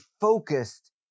focused